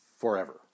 forever